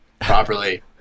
properly